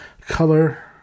Color